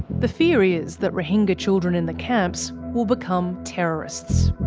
the fear is that rohingya children in the camps will become terrorists.